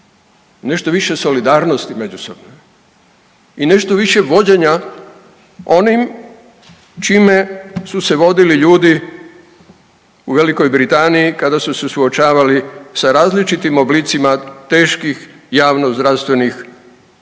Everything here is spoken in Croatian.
nešto više solidarnosti međusobne i nešto više vođenja onim čime su se vodili ljudi u Velikoj Britaniji kada su se suočavali sa različitim oblicima teških javnozdravstvenih izazova.